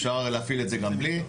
אפשר להפעיל את זה גם בלי,